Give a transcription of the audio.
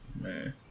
Man